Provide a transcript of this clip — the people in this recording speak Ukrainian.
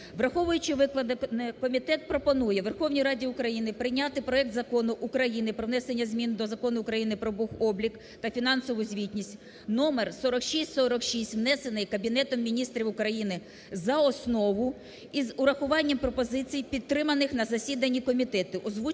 Враховуючи викладене, комітет пропонує Верховній Раді України прийняти проект Закону України про внесення змін до Закону України про бухоблік та фінансову звітність (№4646), внесений Кабінетом Міністрів України, за основу і з урахуванням пропозицій підтриманих на засіданні комітету.